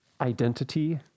identity